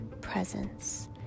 presence